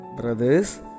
brothers